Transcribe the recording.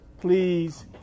Please